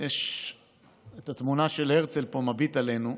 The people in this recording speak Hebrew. יש את התמונה של הרצל פה מביט עלינו,